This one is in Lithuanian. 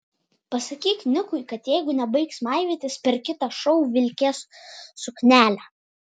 pasakyk nikui kad jeigu nebaigs maivytis per kitą šou vilkės suknelę